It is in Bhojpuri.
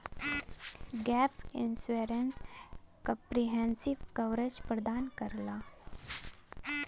गैप इंश्योरेंस कंप्रिहेंसिव कवरेज प्रदान करला